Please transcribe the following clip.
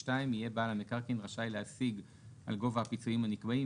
36(ב2) יהיה בעל המקרקעין רשאי להשיג על גובה הפיצויים הנקבעים,